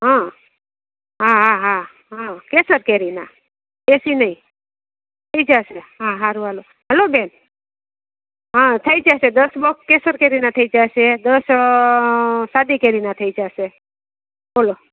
હં હા હા હા હા કેસર કેરીના દેશી નહીં થઈ જશે હા સારું ચાલો હલો બેન હા થઈ જશે દસ બોક્સ કેસર કેરીના થઈ જશે દસ સાદી કેરીના થઈ જશે બોલો